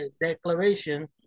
declaration